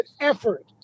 effort